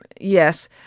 Yes